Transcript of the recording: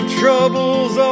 troubles